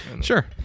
Sure